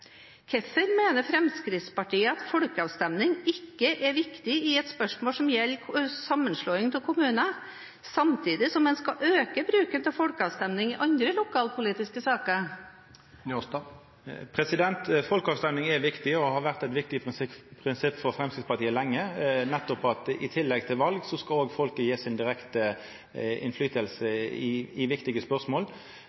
Hvorfor mener Fremskrittspartiet at folkeavstemning ikke er viktig i et spørsmål som gjelder sammenslåing av kommuner, samtidig som man skal øke bruken av folkeavstemning i andre lokalpolitiske saker? Folkerøysting er viktig og har vore eit viktig prinsipp for Framstegspartiet lenge. I tillegg til ved val skal folk òg kunna ha direkte